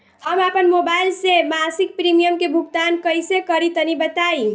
हम आपन मोबाइल से मासिक प्रीमियम के भुगतान कइसे करि तनि बताई?